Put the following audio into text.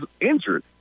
injured